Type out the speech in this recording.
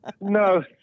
No